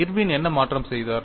Irwin என்ன மாற்றம் செய்தார்